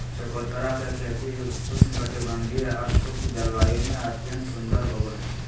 चकोतरा के खेती उपोष्ण कटिबंधीय, अर्धशुष्क जलवायु में अत्यंत सुंदर होवई हई